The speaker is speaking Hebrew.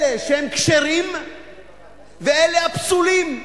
אלה שהם כשרים ואלה הפסולים.